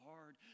hard